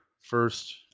first